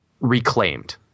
reclaimed